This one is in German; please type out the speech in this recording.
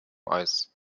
eis